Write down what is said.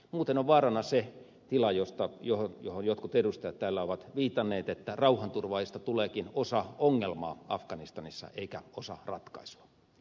muuten on vaarana se tila johon jotkut edustajat täällä ovat viitanneet että rauhanturvaajista tuleekin osa ongelmaa afganistanissa eikä osa ratkaisua